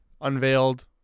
unveiled